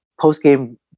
post-game